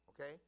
okay